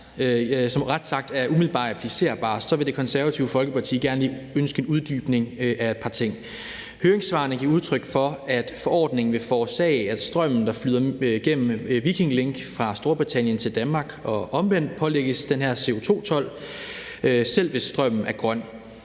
som retsakt er umiddelbart applicerbar, vil Det Konservative Folkeparti gerne lige ønske en uddybning af et par ting. Høringssvarene giver udtryk for, at forordningen vil forårsage, at strømmen, der flyder gennem Viking Link fra Storbritannien til Danmark og omvendt, pålægges den her CO2-told, selv hvis strømmen er grøn.